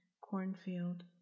cornfield